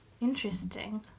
Interesting